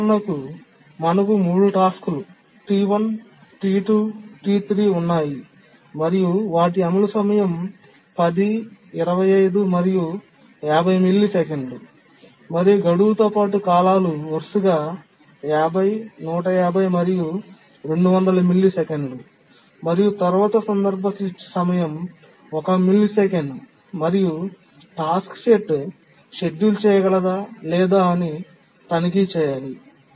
ఉదాహరణకు మనకు 3 టాస్క్లు T1 T2 T3 ఉన్నాయి మరియు వాటి అమలు సమయం 10 25 మరియు 50 మిల్లీసెకన్లు మరియు గడువుతో పాటు కాలాలు వరుసగా 50 150 మరియు 200 మిల్లీసెకన్లు మరియు తరువాత సందర్భ స్విచ్ సమయం 1 మిల్లీసెకన్ మరియు టాస్క్ సెట్ షెడ్యూల్ చేయగలదా లేదా అని తనిఖీ చేయాలి